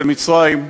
של מצרים,